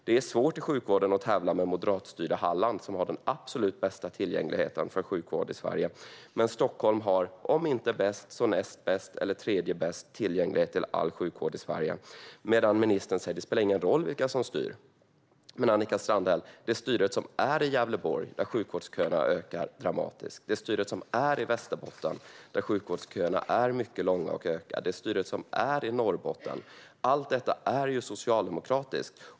Det är svårt att i sjukvården tävla med moderatstyrda Halland, som har den absolut bästa tillgängligheten till sjukvård i Sverige. Men Stockholm har, om inte bäst, så näst eller tredje bäst tillgänglighet till sjukvård i Sverige. Ändå säger ministern att det inte spelar någon roll vilka som styr. Men Annika Strandhäll, styret i Gävleborg, där sjukvårdsköerna ökar dramatiskt, i Västerbotten, där sjukvårdsköerna är mycket långa och ökar, och i Norrbotten är ju socialdemokratiskt.